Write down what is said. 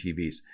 TVs